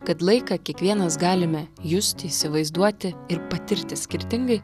kad laiką kiekvienas galime justi įsivaizduoti ir patirti skirtingai